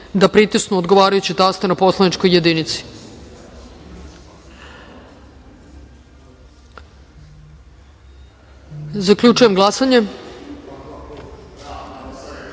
da pritisnu odgovarajući taster na poslaničkoj jedinici. Zaključujem glasanje